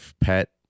pet